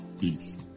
Peace